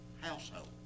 household